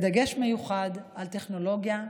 בדגש מיוחד על טכנולוגיה והייטק,